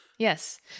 Yes